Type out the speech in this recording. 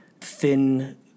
thin